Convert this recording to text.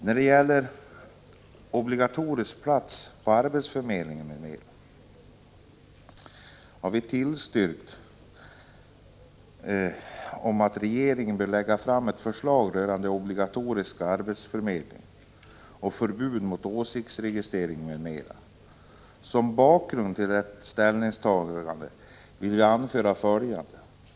När det gäller obligatorisk platsoch arbetsförmedling anser vi att regeringen bör lägga fram förslag om obligatorisk arbetsförmedling och förbud av åsiktsregistrering m.m. Som bakgrund till detta ställningstagande vill jag anföra följande.